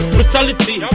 Brutality